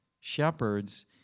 shepherds